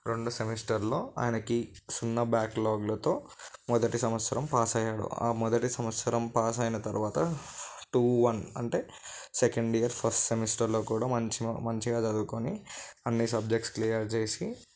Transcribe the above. రెండు సెమిస్టర్లో ఆయనకి సున్నా బ్యాక్లాగులతో మొదటి సంవత్సరం పాస్ అయ్యాడు ఆ మొదటి సంవత్సరం పాసైన తర్వాత టూ వన్ అంటే సెకండ్ ఇయర్ ఫస్ట్ సెమిస్టర్లో కూడా మంచి మంచిగా చదువుకొని అన్ని సబ్జక్ట్స్ క్లియర్ చేసి